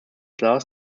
class